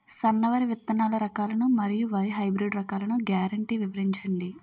సన్న వరి విత్తనాలు రకాలను మరియు వరి హైబ్రిడ్ రకాలను గ్యారంటీ వివరించండి?